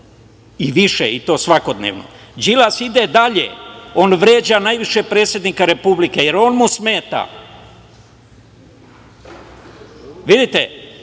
i više i to svakodnevno. Đilas ide dalje. On vređa najviše predsednika Republike, jer on mu smeta. Vidite,